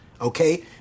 okay